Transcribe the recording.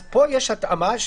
פה יש התאמה.